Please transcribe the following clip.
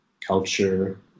culture